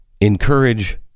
Encourage